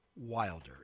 Wilder